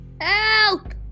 Help